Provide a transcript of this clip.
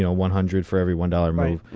you know one hundred for every one dollars move.